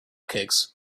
cakes